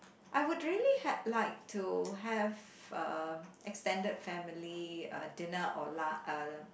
I would really had liked to have uh extended family uh dinner or lu~ uh